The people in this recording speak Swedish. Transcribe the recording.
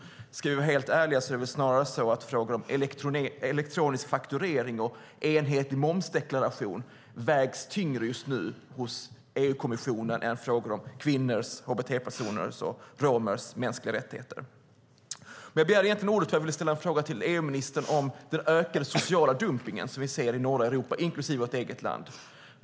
Ska vi vara helt ärliga väger snarast frågor om elektronisk fakturering och enhetlig momsdeklaration just nu tyngre hos EU-kommissionen än frågor om kvinnors, hbt-personers och romers mänskliga rättigheter. Jag begärde ordet för att jag ville ställa en fråga till EU-ministern om den ökade sociala dumpningen som vi ser i norra Europa, inklusive vårt eget land.